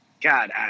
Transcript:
God